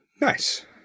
Nice